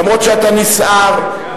אף שאתה נסער,